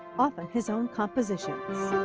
often his own compositions.